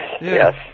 yes